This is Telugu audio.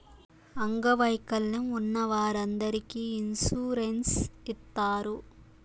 అంగవైకల్యం ఉన్న వారందరికీ ఇన్సూరెన్స్ ఇత్తారు